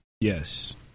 Yes